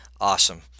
awesome